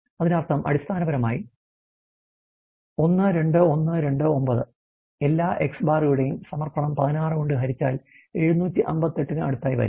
അതിനർത്ഥം അടിസ്ഥാനപരമായി 12129 എല്ലാ X̄ യുടെയും സമർപ്പണം 16 കൊണ്ട് ഹരിച്ചാൽ 758 ന് അടുത്തായി വരും